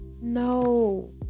No